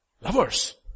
Lovers